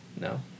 No